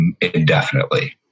indefinitely